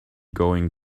going